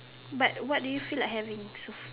but what do you feel like having so